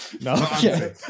No